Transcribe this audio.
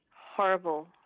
horrible